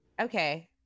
okay